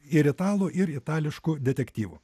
ir italų ir itališkų detektyvų